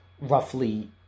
roughly